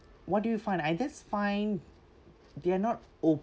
what do you find I just find they are not